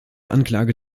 anklage